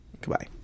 Goodbye